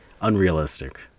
unrealistic